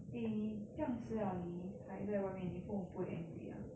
eh 你这样迟了你还在外面你父母不会 angry ah